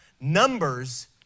Numbers